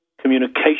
communication